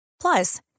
Plus